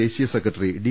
ദേശീയ secretary D